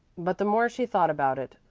but the more she thought about it,